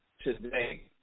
today